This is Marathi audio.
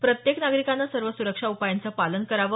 प्रत्येक नागरिकाने सर्व सुरक्षा उपायांचं पालन करावं